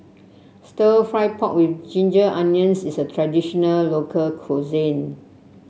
Stir Fried Pork with Ginger Onions is a traditional local cuisine